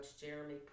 Jeremy